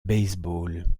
baseball